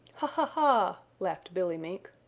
ha! ha! ha! laughed billy mink.